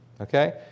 Okay